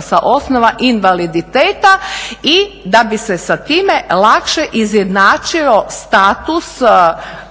sa osnova invaliditeta i da bi se sa time lakše izjednačio status osoba